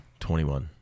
21